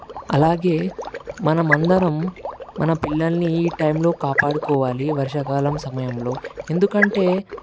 అలాగే మనం అందరం మన పిల్లలని ఈ టైంలో కాపాడుకోవాలి వర్షాకాలం సమయంలో ఎందుకంటే